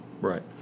Right